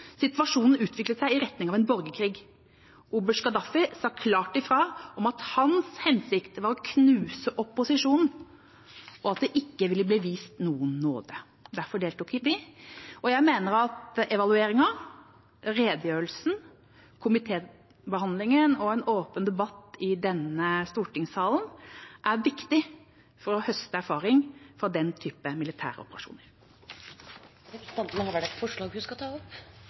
Situasjonen utviklet seg i retning av en borgerkrig. Oberst Gaddafi sa klart ifra om at hans hensikt var å knuse opposisjonen, og at det ikke ville bli vist nåde.» Derfor deltok vi, og jeg mener at evalueringen, redegjørelsen, komitébehandlingen og en åpen debatt i stortingssalen er viktig for å høste erfaring fra den typen militæroperasjoner. Jeg tar opp forslag nr. 1 i sak nr. 1. Representanten Anniken Huitfeldt har tatt opp